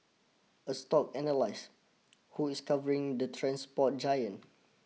a stock analyse who is covering the transport giant